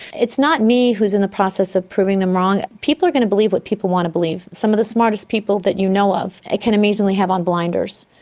it's not me who is in the process of proving them wrong. people are going to believe what people want to believe. some of the smartest people that you know of ah can amazingly have on blinders.